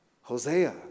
Hosea